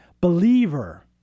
believer